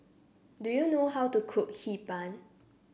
do you know how to cook Hee Pan